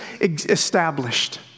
established